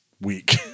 week